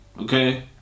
Okay